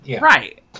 Right